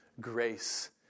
grace